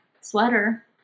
sweater